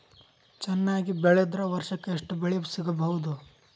ಚೆನ್ನಾಗಿ ಬೆಳೆದ್ರೆ ವರ್ಷಕ ಎಷ್ಟು ಬೆಳೆ ಸಿಗಬಹುದು?